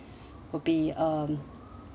will be um